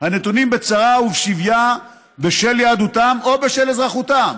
הנתונים בצרה ובשביה בשל יהדותם או בשל אזרחותם.